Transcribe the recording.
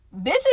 Bitches